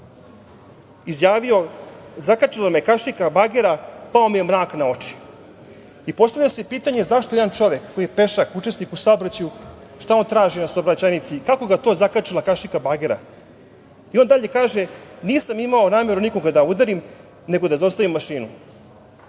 izjavio – zakačila me je kašika bagera, pao mi je mrak na oči. Postavlja se pitanje, zašto jedan čovek koji je pešak, učesnik u saobraćaju, šta on traži na saobraćajnici i kako ga je to zakačila kašika bagera? On dalje kaže – nisam imao nameru nikoga da udarim, nego da zaustavim